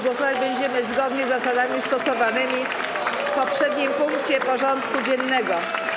Głosować będziemy zgodnie z zasadami stosowanymi w poprzednim punkcie porządku dziennego.